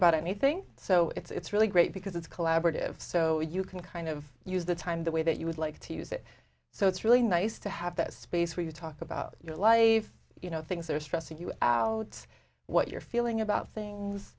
about anything so it's really great because it's collaborative so you can kind of use the time the way that you would like to use it so it's really nice to have that space where you talk about your life you know things that are stressing you out what you're feeling about things